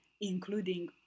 including